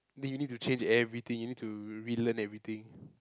then you need to change everything you need to relearn everything